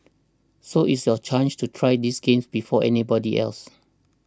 so it's your chance to try these games before anybody else